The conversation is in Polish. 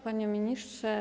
Panie Ministrze!